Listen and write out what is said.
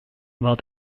war